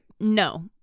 no